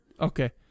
Okay